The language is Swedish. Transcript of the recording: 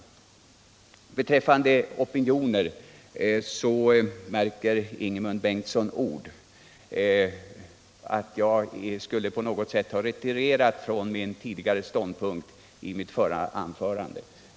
På tal öm opinioner vill jag påpeka att Ingemund Bengtsson märker ord när han vill göra gällande att jag på något sätt skulle ha retirerat från den ståndpunkt jag redovisade i mitt förra anförande.